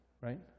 Right